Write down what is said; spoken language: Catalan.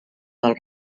del